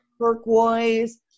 turquoise